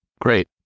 Great